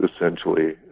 essentially